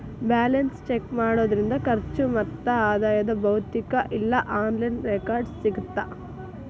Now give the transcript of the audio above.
balance check ಮಾಡೋದ್ರಿಂದ ಖರ್ಚು ಮತ್ತ ಆದಾಯದ್ ಭೌತಿಕ ಇಲ್ಲಾ ಆನ್ಲೈನ್ ರೆಕಾರ್ಡ್ಸ್ ಸಿಗತ್ತಾ